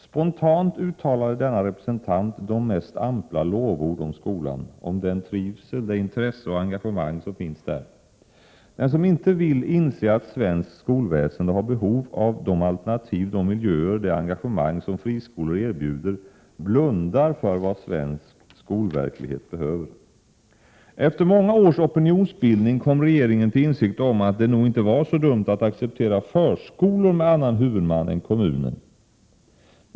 Spontant uttalade denna representant de mest ampla lovord om skolan, om den trivsel, det intresse och det engagemang som finns där. Den = Prot. 1987/88:123 som inte vill inse att svenskt skolväsende har behov av de alternativ, de 19 maj 1988 miljöer, det engagemang som friskolor erbjuder blundar för vad svensk skolverklighet behöver. Efter många års opinionsbildning kom regeringen till insikt om att det nog inte var så dumt att acceptera förskolor med annan huvudman än kommunen.